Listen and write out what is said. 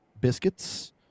biscuits